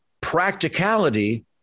practicality